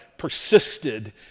persisted